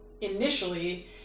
initially